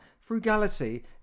frugality